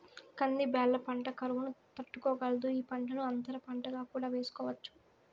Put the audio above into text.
కంది బ్యాళ్ళ పంట కరువును తట్టుకోగలదు, ఈ పంటను అంతర పంటగా కూడా వేసుకోవచ్చు